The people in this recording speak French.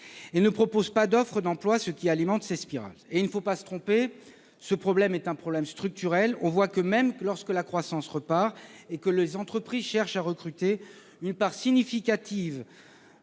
et ne proposent pas d'offres d'emploi, ce qui alimente ces spirales. Il ne faut pas se tromper, ce problème est d'ordre structurel : même lorsque la croissance repart et que les entreprises cherchent à recruter, une part significative